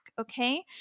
okay